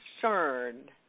concerned